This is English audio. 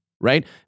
right